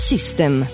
System